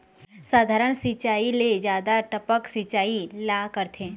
साधारण सिचायी ले जादा टपक सिचायी ला करथे